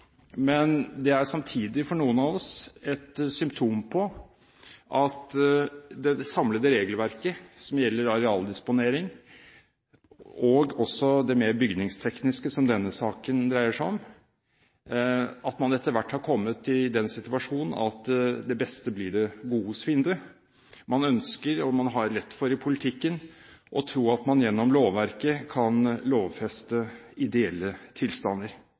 men for noen av oss er det samtidig et symptom på – med hensyn til det samlede regelverket som gjelder arealdisponering, og også det mer bygningstekniske, som denne saken dreier seg om – at man etter hvert har kommet i den situasjonen at det beste blir det godes fiende. Man ønsker – og i politikken har man lett for å tro – at man gjennom lovverket kan lovfeste ideelle tilstander.